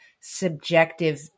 subjective